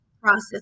process